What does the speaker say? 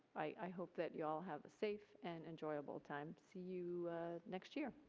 i hope that y'all have a safe and enjoyable time, see you next year.